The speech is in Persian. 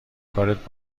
کارت